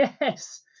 Yes